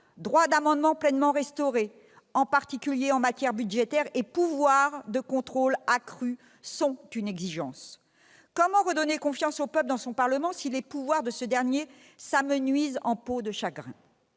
droit d'amendement pleinement restauré, en particulier en matière budgétaire, et pouvoir de contrôle accru sont des exigences. Comment redonner confiance au peuple dans son Parlement si les pouvoirs de ce dernier s'amenuisent en peau de chagrin ?